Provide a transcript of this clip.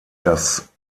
dass